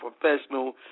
professional